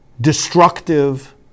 destructive